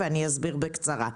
אני אסביר בקצרה.